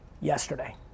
yesterday